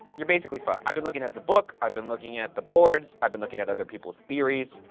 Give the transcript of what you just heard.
you're basically fucked. i've been looking at the book, i've been looking at the boards, i've been looking at other people's theories.